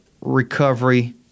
recovery